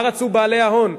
מה רצו בעלי ההון?